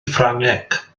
ffrangeg